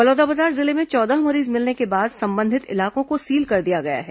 बलौदाबाजार जिले में चौदह मरीज मिलने के बाद संबंधित इलाकों को सील कर दिया गया है